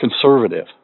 conservative